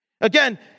Again